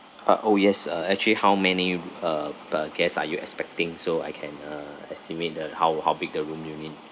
ah oh yes uh actually how many r~ uh per guest are you expecting so I can uh estimate the how how big the room you need